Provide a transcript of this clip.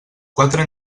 quatre